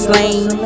Slain